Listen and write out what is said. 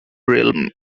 realm